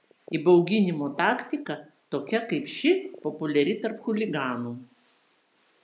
įbauginimo taktika tokia kaip ši populiari tarp chuliganų